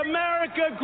America